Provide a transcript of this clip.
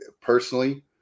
personally